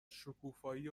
شکوفایی